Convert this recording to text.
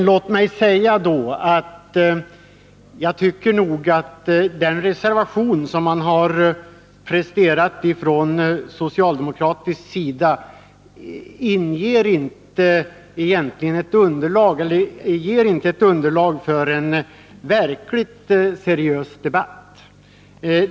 Låt mig dock säga att den reservation som socialdemokraterna har presterat inte ger underlag för en verkligt seriös debatt.